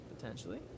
Potentially